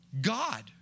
god